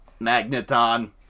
Magneton